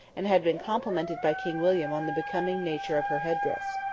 and had been complimented by king william on the becoming nature of her head-dress.